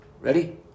Ready